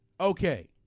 Okay